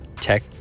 tech